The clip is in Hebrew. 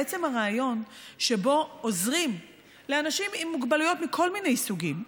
עצם הרעיון שעוזרים לאנשים עם מוגבלויות מכל מיני סוגים,